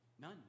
None